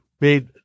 made